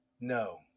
no